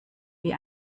wie